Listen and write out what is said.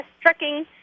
trucking